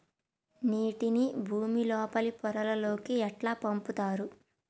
నీటిని భుమి లోపలి పొరలలోకి ఎట్లా పంపుతరు?